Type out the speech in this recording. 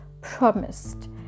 promised